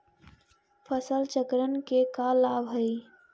फसल चक्रण के का लाभ हई?